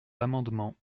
l’amendement